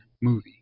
movie